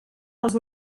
els